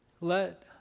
Let